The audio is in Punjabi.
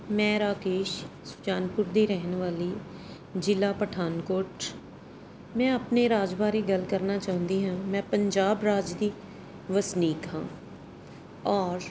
ਮੈਂ ਰਾਕੇਸ਼ ਸੁਜਾਨਪੁਰ ਦੀ ਰਹਿਣ ਵਾਲੀ ਜ਼ਿਲ੍ਹਾ ਪਠਾਨਕੋਟ ਮੈਂ ਆਪਣੇ ਰਾਜ ਬਾਰੇ ਗੱਲ ਕਰਨਾ ਚਾਹੁੰਦੀ ਹਾਂ ਮੈਂ ਪੰਜਾਬ ਰਾਜ ਦੀ ਵਸਨੀਕ ਹਾਂ ਔਰ